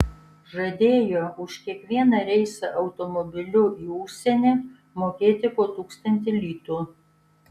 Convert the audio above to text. žadėjo už kiekvieną reisą automobiliu į užsienį mokėti po tūkstantį litų